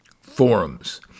forums